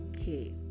okay